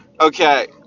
Okay